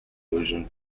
illusion